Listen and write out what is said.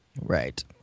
right